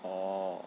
oh